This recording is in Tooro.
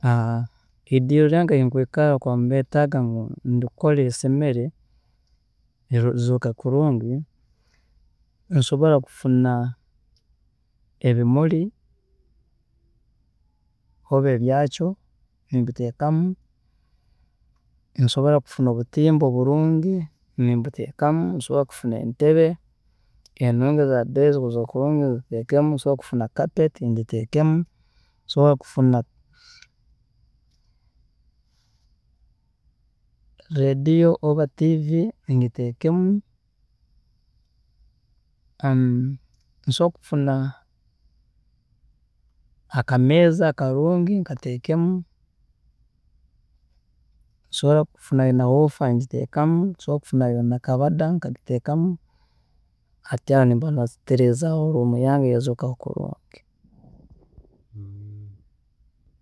﻿Ediiro ryange mbere nkwiikara obu nkuba ninyetaagaa ndikore risemere, rizooke kilungi nsobola kufuna ebimuli oba ebyakyo nimbiteekamu, nsobola kufuna obutimba obulungi nimbuteekamu, nsobola kufuna entebe enungi ezadala ezikuzooka kulungi nziteekemu, nsobola kufuna carpet ngiteekemu, nsobola kufuna radio oba TV ngiteekemu, nsobola kufuna akameeza akalungi nkateekemu, nosobola kufuna na huufa ngiteekemu, nsobola kufuna na kabada nkagiteekamu, hati aho nimba nasemeza room yange yazooka kulungi